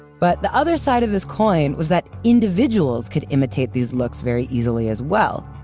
but the other side of this coin, was that individuals could imitate these looks very easily as well,